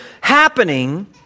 happening